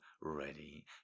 ready